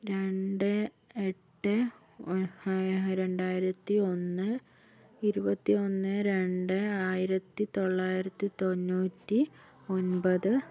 രണ്ട് എട്ട് രണ്ടായിരത്തി ഒന്ന് ഇരുപത്തി ഒന്ന് രണ്ട് ആയിരത്തിത്തൊള്ളായിരത്തി തൊണ്ണൂറ്റി ഒൻപത്